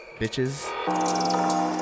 Bitches